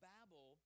Babel